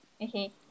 Okay